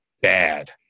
bad